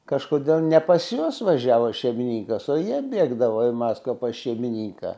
kažkodėl ne pas juos važiavo šeimininkas o jie bėgdavo į maskvą pas šeimininką